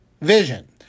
vision